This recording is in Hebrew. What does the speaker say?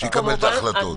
שיקבל את ההחלטות.